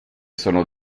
sono